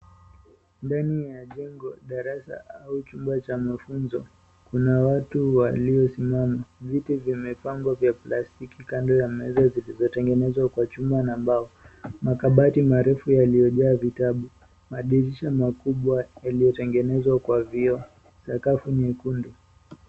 Ndani ya jengo, darasa au chumba cha mafunzo, kuna watu waliosimama. Viti vimepangwa vya plastiki kando ya meza zilizotengenezwa kwa chuma na mbao. Makabati maarufu yaliyojaa vitabu, madirisha makubwa yaliyotengenezwa kwa vioo na sakafu ni nyekundu.